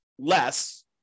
Less